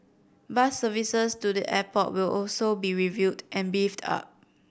bus services to the airport will also be reviewed and beefed up